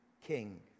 king